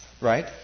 Right